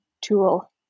tool